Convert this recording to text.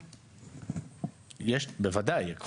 בוודאי.